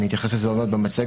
אני אתייחס לזה עוד מעט במצגת.